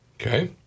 Okay